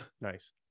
nice